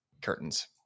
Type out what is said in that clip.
curtains